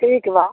ठीक वा